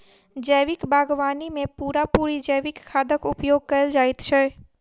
जैविक बागवानी मे पूरा पूरी जैविक खादक उपयोग कएल जाइत छै